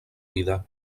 vida